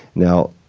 now,